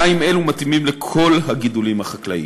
מים אלה מתאימים לכל הגידולים החקלאיים.